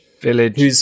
Village